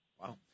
Wow